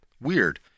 Weird